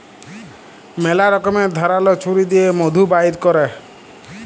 ম্যালা রকমের ধারাল ছুরি দিঁয়ে মধু বাইর ক্যরে